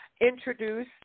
Introduce